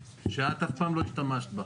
שאת אף פעם לא השתמשת בה?